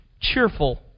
cheerful